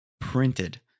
Printed